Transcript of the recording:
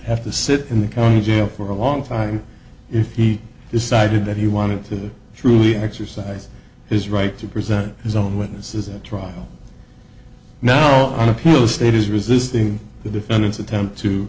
have to sit in the county jail for a long time if he decided that he wanted to truly exercise his right to present his own witnesses in a trial now on appeal the state is resisting the defendant's attempt to